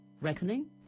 Reckoning